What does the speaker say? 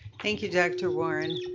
thank you dr. warren.